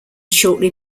shortly